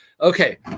Okay